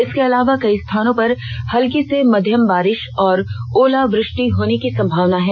इसके अलावा कई स्थानों पर हल्की से मध्यम बारिष और ओलावृष्टि होने की भी संभावना है